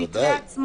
את המתווה עצמו.